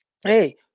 hey